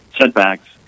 setbacks